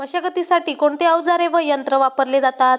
मशागतीसाठी कोणते अवजारे व यंत्र वापरले जातात?